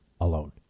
alone